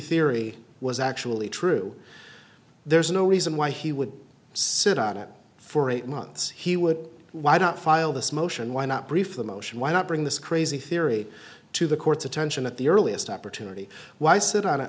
theory was actually true there's no reason why he would sit on it for eight months he would why don't file this motion why not brief the motion why not bring this crazy theory to the court's attention at the earliest opportunity why sit on it